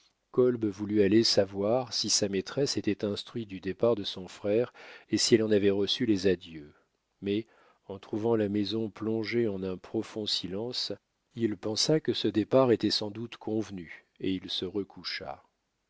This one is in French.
kolb voulut aller savoir si sa maîtresse était instruite du départ de son frère et si elle en avait reçu les adieux mais en trouvant la maison plongée en un profond silence il pensa que ce départ était sans doute convenu et il se recoucha